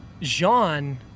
Jean